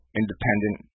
independent